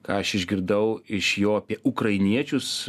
ką aš išgirdau iš jo apie ukrainiečius